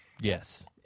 Yes